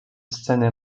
sceny